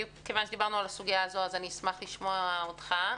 מכיוון שדיברנו על הסוגיה הזאת אז אשמח לשמוע אותך.